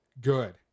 good